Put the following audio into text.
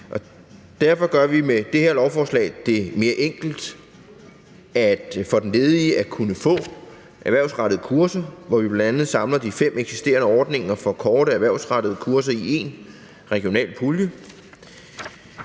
Derfor gør vi med det her lovforslag det mere enkelt for den ledige at kunne få erhvervsrettede kurser, hvor vi bl.a. samler de fem eksisterende ordninger for korte erhvervsrettede kurser i én regional pulje.